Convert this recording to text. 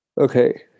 okay